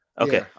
Okay